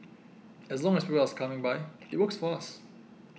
as long as people us coming by it works for us